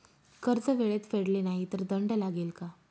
कर्ज वेळेत फेडले नाही तर दंड लागेल का?